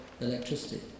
electricity